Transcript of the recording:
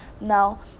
Now